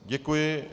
Děkuji.